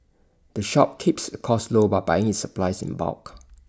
the shop keeps its costs low by buying supplies in bulk